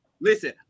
listen